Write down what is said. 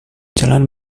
jalan